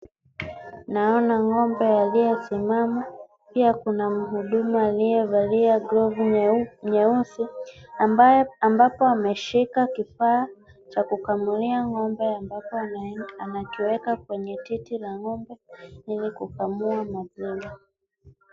Naona ng'ombe aliyesimama. Pia kuna mhudumu aliyevalia glavu nyeusi, ambapo ameshika kifaa cha kukamulia ng'ombe ambapo anakiweka kwenye titi la ng'ombe ili kukamua maziwa.